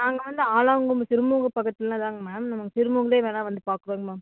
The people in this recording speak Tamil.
நாங்கள் வந்து திருமூங்கு பக்கத்தில்தாங்க மேம் நம்ம திருமூங்டே வேணால் வந்து பார்க்குறோம் மேம்